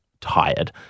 tired